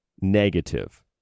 negative